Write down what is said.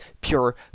pure